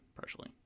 partially